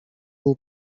był